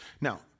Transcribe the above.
Now